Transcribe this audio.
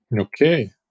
Okay